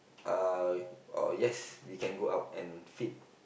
uh oh yes we can go up and feed